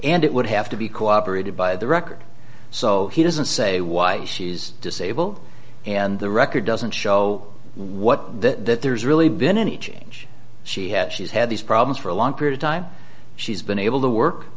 and it would have to be cooperated by the record so he doesn't say why she's disabled and the record doesn't show what that there's really been any change she had she's had these problems for a long period of time she's been able to work